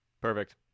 perfect